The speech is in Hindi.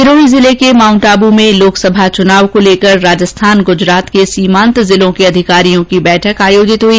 सिरोही जिले के माउंटआबू में लोकसभा चुनाव को लेकर राजस्थान गूजरात के सीमांत जिलों के अधिकारियों की बैठक आयोजित हई